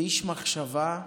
איש מחשבה,